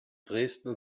dresden